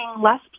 less